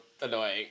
annoying